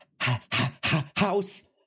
house